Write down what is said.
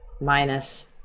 minus